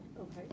Okay